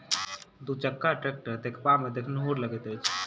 दू चक्का टेक्टर देखबामे देखनुहुर लगैत अछि